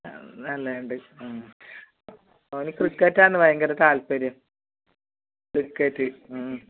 നല്ല ഉണ്ട് അവൻ ക്രിക്കറ്റാണ് ഭയങ്കര താത്പര്യം ക്രിക്കറ്റ്